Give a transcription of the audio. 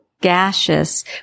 gaseous